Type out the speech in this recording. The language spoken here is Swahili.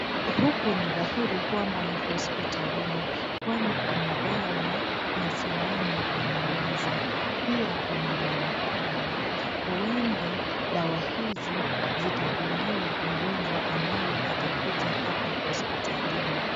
Huku ni dhahiri kwamba ni hospitalini, kwani kuna dawa na sindano kwenye meza. Pia kuna barakoa. Huenda dawa hizi zitadungiwa mgonjwa ambaye atakuja hapa hospitalini.